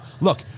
Look